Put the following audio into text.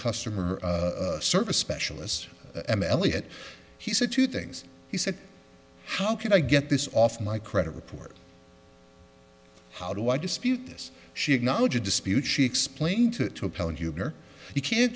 customer service specialist elliot he said two things he said how can i get this off my credit report how do i dispute this she acknowledge a dispute she explained to her you can't